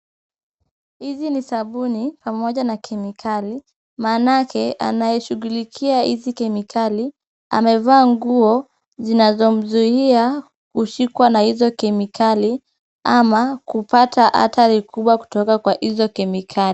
Hizi ni sabuni pamoja na kemikali manake anaye shughulikia hizi kemikali, amevaa nguo zinazomzuia kushikwa na hizo kemikali ama kupata hatari kubwa kutoka kwa hizo kemikali.